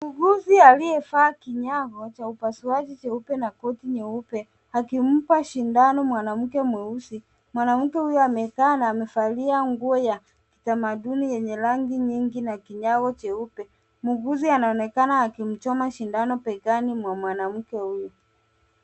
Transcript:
Muuguzi aliyevaa kinyago cha upasuaji cheupe na koti nyeupe, akimpa shindano mwanamke mweusi. Mwanamke huyo amekaa na amevalia nguo ya kitamaduni yenye rangi nyingi na kinyago cheupe. Muuguzi anaonekana akimchoma shindano begani mwa mwanamke huyo.